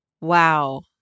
wow